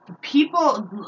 People